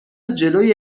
جلوی